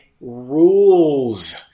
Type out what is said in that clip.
rules